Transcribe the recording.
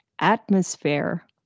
atmosphere